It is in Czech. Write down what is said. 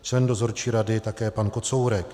Členem dozorčí rady byl také pan Kocourek.